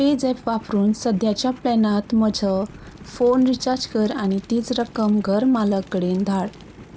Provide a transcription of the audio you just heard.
PayZapp वापरून सद्याच्या प्लॅनांत म्हजो फोन रिचार्ज कर आनी तीच रक्कम घर मालक कडेन धाड